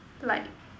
like